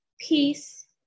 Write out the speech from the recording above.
peace